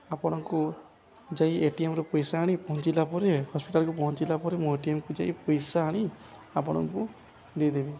ଆପଣଙ୍କୁ ଯାଇ ଏଟିଏମ୍ରୁ ପଇସା ଆଣି ପହଞ୍ଚିଲା ପରେ ହସ୍ପିଟାଲ୍କୁ ପହଞ୍ଚିଲା ପରେ ମୁଁ ଏଟିଏମ୍କୁ ଯାଇ ପଇସା ଆଣି ଆପଣଙ୍କୁ ଦେଇଦେବି